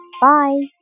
Bye